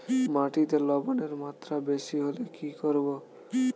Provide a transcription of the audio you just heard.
মাটিতে লবণের মাত্রা বেশি হলে কি করব?